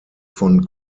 von